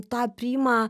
tą priima